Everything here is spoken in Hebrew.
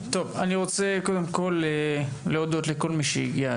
אני רוצה להודות לכל מי שהגיע,